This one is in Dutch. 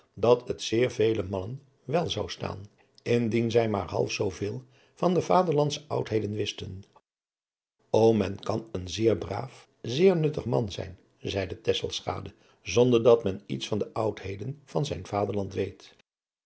dat het zeer vele mannen wel zou staan indien zij maar half zoo veel van de vaderlandsche oudheden wisten ô men kan een zeer braaf zeer nuttig man zijn zeide tesselschade zonder dat men iets van de oudheden van zijn vaderland weet